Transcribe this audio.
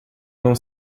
não